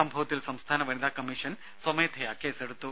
സംഭവത്തിൽ സംസ്ഥാന വനിതാ കമ്മീഷൻ സ്വമേധയാ കേസെടുത്തു